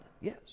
Yes